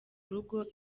rugo